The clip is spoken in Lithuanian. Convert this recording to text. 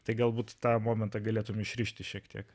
tai galbūt tą momentą galėtumei išrišti šiek tiek